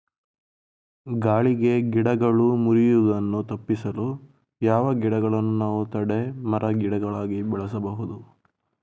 ಗಾಳಿಗೆ ಗಿಡಗಳು ಮುರಿಯುದನ್ನು ತಪಿಸಲು ಯಾವ ಗಿಡಗಳನ್ನು ನಾವು ತಡೆ ಮರ, ಗಿಡಗಳಾಗಿ ಬೆಳಸಬಹುದು?